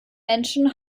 menschen